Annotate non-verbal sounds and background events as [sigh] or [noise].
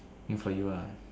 make for you ah [noise]